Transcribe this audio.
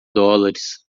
dólares